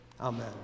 Amen